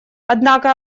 однако